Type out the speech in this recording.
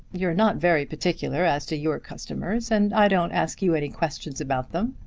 you're not very particular as to your customers, and i don't ask you any questions about them.